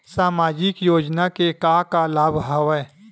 सामाजिक योजना के का का लाभ हवय?